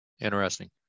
Interesting